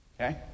Okay